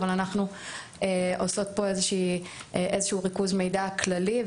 אבל אנחנו עושות פה איזשהו ריכוז מידע כללי.